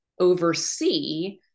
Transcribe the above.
oversee